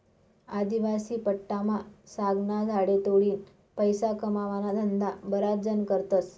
आदिवासी पट्टामा सागना झाडे तोडीन पैसा कमावाना धंदा बराच जण करतस